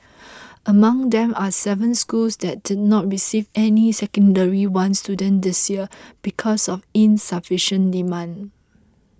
among them are seven schools that did not receive any Secondary One students this year because of insufficient demand